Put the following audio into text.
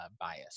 bias